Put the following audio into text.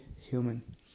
human